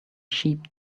sheep